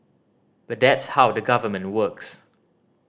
but that's how the Government works